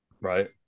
right